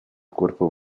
cuerpo